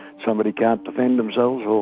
somebody can't defend themselves, or